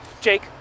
Jake